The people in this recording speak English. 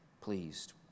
pleased